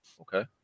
Okay